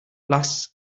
lasts